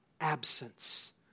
absence